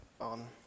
on